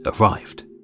arrived